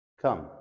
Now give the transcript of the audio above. Come